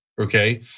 okay